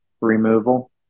removal